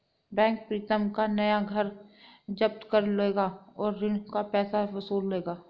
bank Pritam का नया घर जब्त कर लेगा और ऋण का पैसा वसूल लेगा